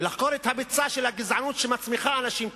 ויש לחקור את הביצה של הגזענות שמצמיחה אנשים כאלה.